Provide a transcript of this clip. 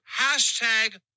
hashtag